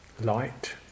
light